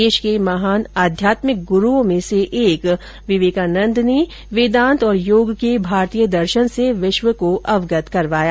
देश के महान आध्यात्मिक गुरूओं में से एक विवेकान्द ने वेदान्त और योग के भारतीय दर्शन से विश्व को अवगत करवाया